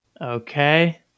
okay